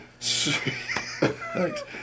Thanks